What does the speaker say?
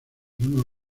uno